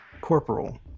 corporal